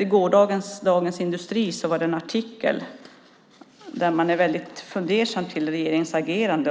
I gårdagens Dagens Industri var det en artikel där man är väldigt fundersam över regeringens agerande.